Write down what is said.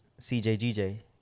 CJGJ